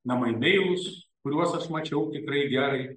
namai meilūs kuriuos aš mačiau tikrai gerai